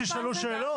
הרי ברור שישאלו שאלות.